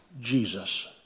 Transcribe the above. Jesus